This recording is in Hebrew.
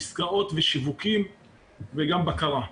עסקאות ושיווקים וגם בקרה.